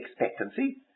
expectancy